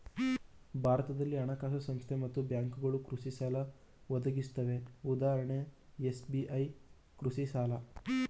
ಭಾರತದಲ್ಲಿ ಹಣಕಾಸು ಸಂಸ್ಥೆ ಮತ್ತು ಬ್ಯಾಂಕ್ಗಳು ಕೃಷಿಸಾಲ ಒದಗಿಸುತ್ವೆ ಉದಾಹರಣೆಗೆ ಎಸ್.ಬಿ.ಐ ಕೃಷಿಸಾಲ